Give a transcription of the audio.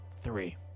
Three